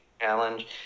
Challenge